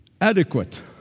Adequate